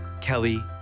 Kelly